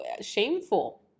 shameful